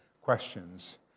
questions